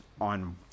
on